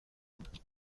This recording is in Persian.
کند